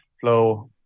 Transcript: flow